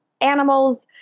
animals